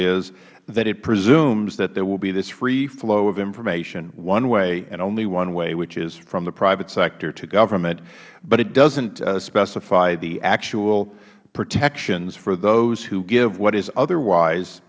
is that it presumes there will be this free flow of information one way and only one way which is from the private sector to government but it doesn't specify the actual protections for those who give what is otherwise